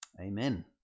Amen